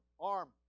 arm